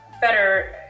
better